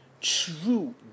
true